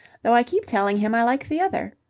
though i keep telling him i like the other.